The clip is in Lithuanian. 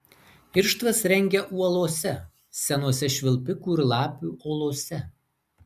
irštvas rengia uolose senose švilpikų ir lapių olose